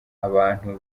abantu